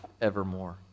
evermore